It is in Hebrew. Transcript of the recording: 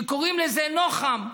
שקוראים לזה נוח"ם,